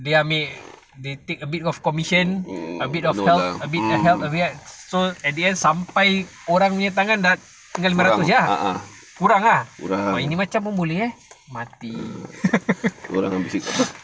dia ambil they take a bit of commission a bit of a bit of help a bit right so at the end sampai orang punya tangan dah tinggal lima ratus jer ah kurang ah !wah! ini macam pun boleh eh mati